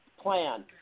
plan